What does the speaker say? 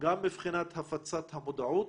גם מבחינת הפצת המודעות.